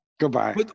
Goodbye